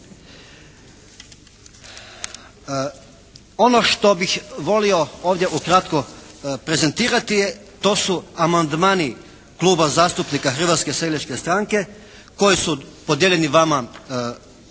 Ono što bih volio ovdje ukratko prezentirati je do su amandmani Kluba zastupnika Hrvatske seljačke stranke koji su podijeljeni vama na